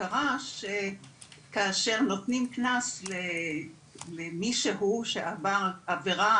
קרה שכאשר נותנים קנס למישהו שעבר עבירה